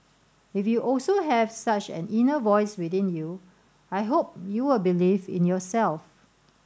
if you also have such an inner voice within you I hope you will believe in yourself